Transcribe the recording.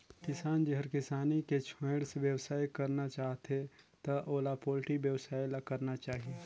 किसान जेहर किसानी के छोयड़ बेवसाय करना चाहथे त ओला पोल्टी बेवसाय ल करना चाही